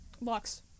Lux